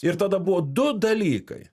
ir tada buvo du dalykai